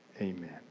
amen